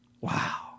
Wow